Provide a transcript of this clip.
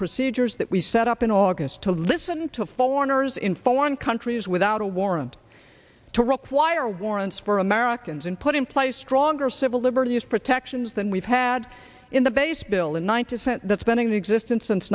procedures that we set up in august to listen to foreigners in foreign countries without a warrant to require warrants for americans and put in place stronger civil liberties protections than we've had in the base bill in one to set the spending the existence